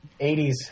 80s